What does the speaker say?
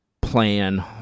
plan